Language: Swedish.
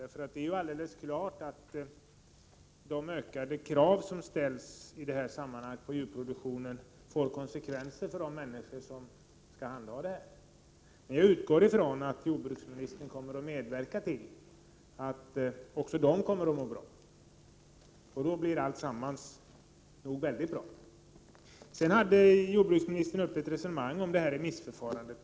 Det är ju alldeles klart att de ökade krav som ställs på djurproduktionen får konsekvenser för de människor som skall handha detta. Jag utgår från att jordbruksministern kommer att medverka till att också de kommer att må bra, och då blir nog alltsammans väldigt bra. Jordbruksministern förde ett resonemang om remissförfarandet.